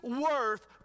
worth